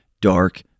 dark